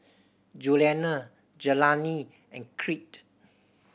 Juliana Jelani and Crete